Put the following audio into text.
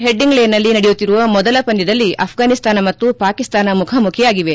ಹೆಡ್ಡಿಂಗ್ಲೇನಲ್ಲಿ ನಡೆಯುತ್ತಿರುವ ಮೊದಲ ಪಂದ್ಲದಲ್ಲಿ ಅಫ್ವಾನಿಸ್ತಾನ ಮತ್ತು ಪಾಕಿಸ್ತಾನ ಮುಖಾಮುಖಿಯಾಗಿವೆ